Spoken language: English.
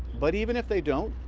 but even if they don't,